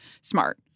smart